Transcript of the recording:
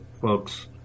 folks